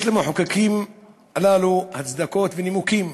יש למחוקקים הללו הצדקות ונימוקים.